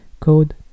code